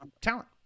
talent